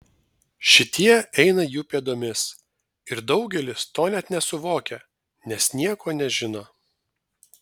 šitie eina jų pėdomis ir daugelis to net nesuvokia nes nieko nežino